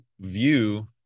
view